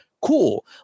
Cool